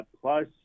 plus